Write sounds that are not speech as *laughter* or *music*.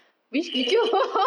*laughs*